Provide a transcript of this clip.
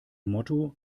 motto